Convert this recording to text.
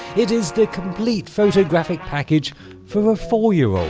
it is the complete photographic package for a four-year-old